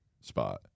spot